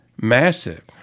massive